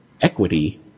equity